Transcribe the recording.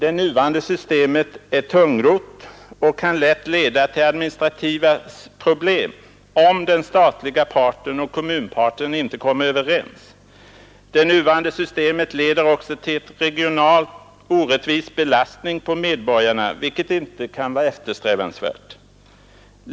Det nuvarande systemet är tungrott och kan lätt leda till administrativa problem om den statliga parten och kommunparten inte kommer överens. Det nuvarande systemet leder också till en regionalt orättvis belastning på medborgarna, vilket inte kan vara eftersträvansvärt.